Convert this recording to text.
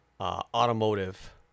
automotive